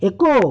ଏକ